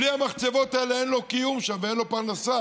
בלי המחצבות האלה אין לו קיום שם ואין לו פרנסה.